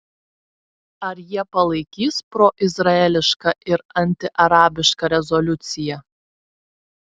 ar jie palaikys proizraelišką ir antiarabišką rezoliuciją